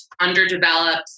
underdeveloped